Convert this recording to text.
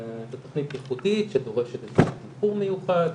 השקף הבא.